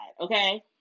okay